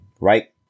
Right